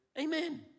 Amen